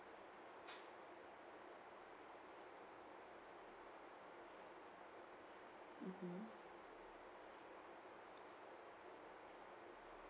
mmhmm